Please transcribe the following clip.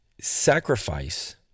sacrifice